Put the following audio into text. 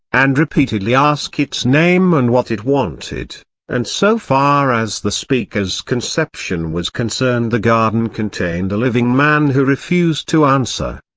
and repeatedly ask its name and what it wanted and so far as the speaker's conception was concerned the garden contained a living man who refused to answer.